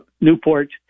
Newport